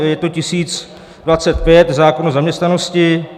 Je to 1025, zákon o zaměstnanosti.